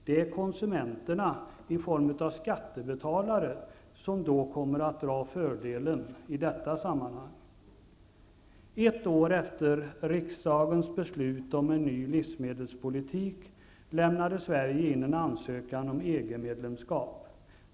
Det är konsumenterna i form av skattebetalare som kommer att dra fördelen i detta sammanhang. Ett år efter riksdagens beslut om en ny livsmedelspolitik lämnade Sverige in en ansökan om EG-medlemskap.